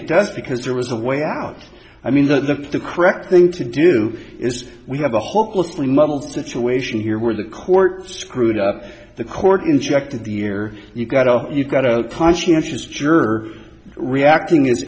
it does because there was a way out i mean the the correct thing to do is we have a hopelessly muddled situation here where the court screwed up the court injected the year you got out you got a conscientious jerk reacting is